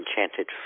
Enchanted